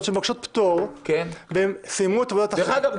שמבקשת פטור --- דרך אגב,